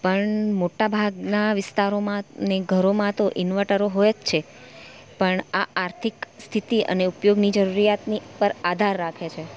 પણ મોટા ભાગના વિસ્તારોમાં અને ઘરોમાં તો ઈન્વર્ટરો હોય જ છે પણ આ આર્થિક સ્થિતિ અને ઉપયોગની જરૂરિયાતની પર આધાર રાખે છે